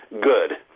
good